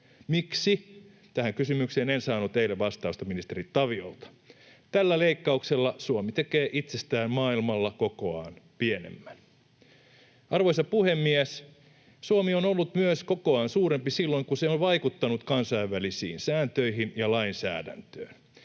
Miksi? Tähän kysymykseen en saanut eilen vastausta ministeri Taviolta. Tällä leikkauksella Suomi tekee itsestään maailmalla kokoaan pienemmän. Arvoisa puhemies! Suomi on ollut myös kokoaan suurempi silloin, kun se on vaikuttanut kansainvälisiin sääntöihin ja lainsäädäntöön.